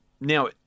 Now